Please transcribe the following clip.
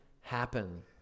happen